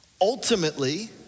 ultimately